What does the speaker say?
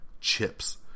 Chips